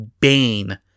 Bane